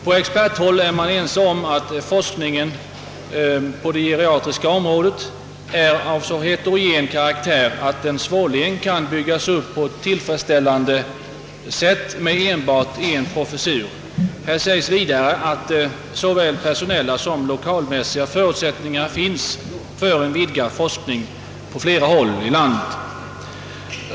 På experthåll är man ense om att forskningen på det geriatriska området är av så heterogen karaktär, att den svårligen kan byggas upp på ett tillfredsställande sätt med enbart en professur. Här sägs vidare att såväl personella som lokalmässiga förutsättningar finns för en vidgad forskning på flera håll i landet.